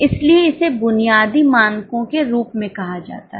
इसलिए इसे बुनियादी मानकों के रूप मे कहा जाता है